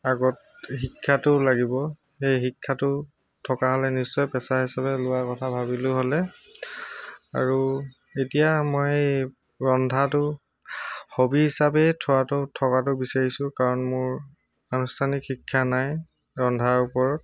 আগত শিক্ষাটো লাগিব সেই শিক্ষাটো থকা হ'লে নিশ্চয় পেচা হিচাপে লোৱাৰ কথা ভাবিলোঁ হ'লে আৰু এতিয়া মই ৰন্ধাটো হ'বী হিচাপে থোৱাটো থকাটো বিচাৰিছোঁ কাৰণ মোৰ আনুষ্ঠানিক শিক্ষা নাই ৰন্ধাৰ ওপৰত